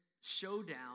showdown